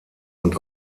und